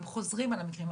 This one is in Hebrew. הם חוזרים על המקרים.